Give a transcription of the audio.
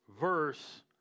verse